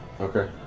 Okay